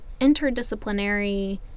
interdisciplinary